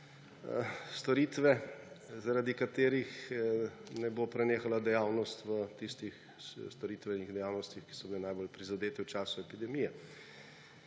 storitve, zaradi katerih ne bo prenehala dejavnost v tistih storitvenih dejavnostih, ki so bile najbolj prizadete v času epidemije.